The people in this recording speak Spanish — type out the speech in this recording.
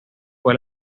fue